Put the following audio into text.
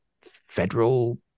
federal